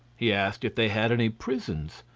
he asked if they had any prisons,